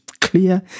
clear